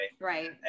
right